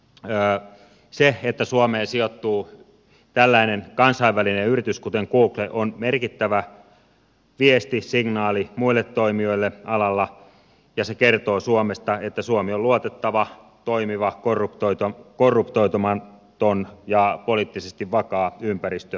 se että suomeen sijoittuu tällainen kansainvälinen yritys kuten google on merkittävä viesti signaali muille toimijoille alalla ja se kertoo suomesta että suomi on luotettava toimiva korruptoitumaton ja poliittisesti vakaa ympäristö sijoittua